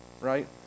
right